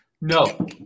No